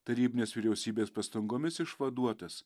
tarybinės vyriausybės pastangomis išvaduotas